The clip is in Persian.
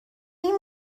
این